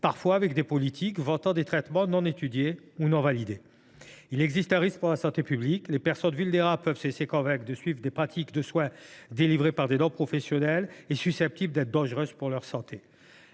par des politiques vantant des traitements non étudiés, non validés. Il existe un risque pour la santé publique. Les personnes vulnérables peuvent se laisser convaincre de suivre des pratiques de soins non conventionnelles, délivrées par des non professionnels et susceptibles d’être dangereuses pour leur santé.